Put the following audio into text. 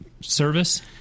service